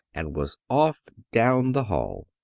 and was off down the hall.